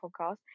podcast